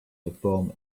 perform